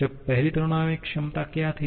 अब पहली थर्मोडायनामिक क्षमता क्या थी